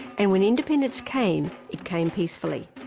and when independence came, it came peacefully.